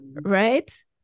Right